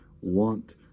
want